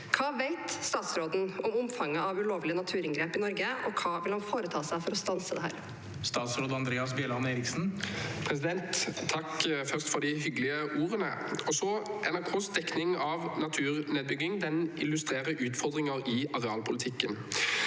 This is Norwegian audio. Hva vet statsråden om omfanget av ulovlige naturinngrep i Norge, og hva vil han foreta seg for å stanse dette?» Statsråd Andreas Bjelland Eriksen Først vil jeg takke for de hyggelige ordene. NRKs dekning av naturnedbygging illustrerer utfordringer i arealpolitikken.